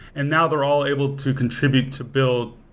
and now they're all able to contribute to build